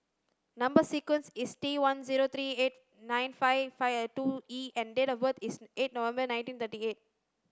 number sequence is T one zero three eight nine five five two E and date of birth is eight November nineteen thirty eight